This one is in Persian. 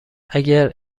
اگر